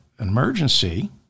emergency